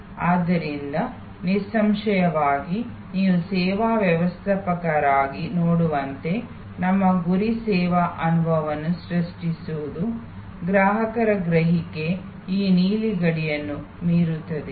ಆದ್ದರಿಂದ ನಿಸ್ಸಂಶಯವಾಗಿ ನೀವು ಸೇವಾ ವ್ಯವಸ್ಥಾಪಕರಾಗಿ ನೋಡುವಂತೆ ನಮ್ಮ ಗುರಿ ಸೇವಾ ಅನುಭವವನ್ನು ಸೃಷ್ಟಿಸುವುದು ಗ್ರಾಹಕರ ಗ್ರಹಿಕೆ ಈ ನೀಲಿ ಗಡಿಯನ್ನು ಮೀರುತ್ತದೆ